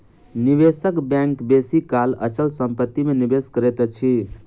निवेशक बैंक बेसी काल अचल संपत्ति में निवेश करैत अछि